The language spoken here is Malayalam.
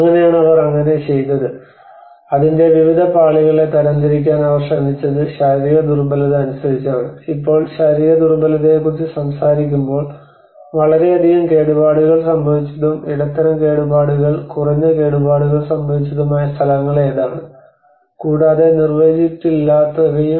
അങ്ങനെയാണ് അവർ അങ്ങനെ ചെയ്തത് അതിന്റെ വിവിധ പാളികളെ തരംതിരിക്കാൻ അവർ ശ്രമിച്ചത് ശാരീരിക ദുർബലത അനുസരിച്ചാണ് ഇപ്പോൾ ശാരീരിക ദുർബലതയെക്കുറിച്ച് സംസാരിക്കുമ്പോൾ വളരെയധികം കേടുപാടുകൾ സംഭവിച്ചതും ഇടത്തരം കേടുപാടുകൾ കുറഞ്ഞ കേടുപാടുകൾ സംഭവിച്ചതുമായ സ്ഥലങ്ങൾ ഏതാണ് കൂടാതെ നിർവചിച്ചിട്ടില്ലാത്തവയും